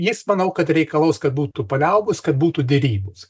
jis manau kad reikalaus kad būtų paliaubos kad būtų derybos